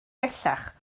bellach